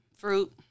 fruit